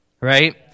right